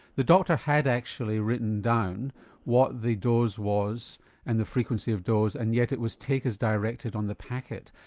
the doctor had actually written down what the dose was and the frequency of dose and yet it was take as directed on the packet.